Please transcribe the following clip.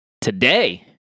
today